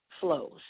flows